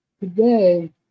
today